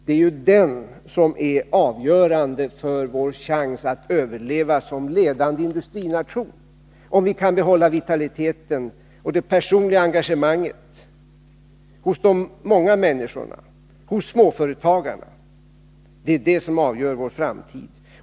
Den är ju avgörande för vår chans att överleva som ledande industrination. Om vi kan behålla vitaliteten och det personliga engagemanget hos de många människorna, hos småföretagarna — det är detta som avgör vår framtid.